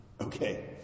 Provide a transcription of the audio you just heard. Okay